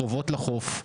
קרובות לחוף.